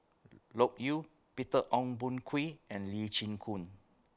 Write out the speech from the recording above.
Loke Yew Peter Ong Boon Kwee and Lee Chin Koon